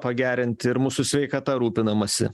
pagerint ir mūsų sveikata rūpinamasi